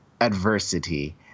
Adversity